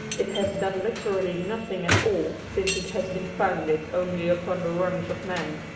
it has done literally nothing at all since it has been founded only upon the wrongs of man.